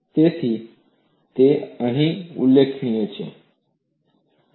તેથી તે જ અહીં ઉલ્લેખિત છે